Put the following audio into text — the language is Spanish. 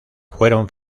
fueron